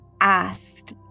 asked